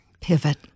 Pivot